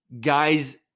Guys